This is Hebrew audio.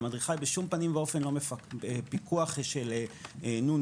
לא פיקוח של נו,